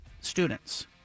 students